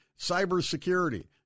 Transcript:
cybersecurity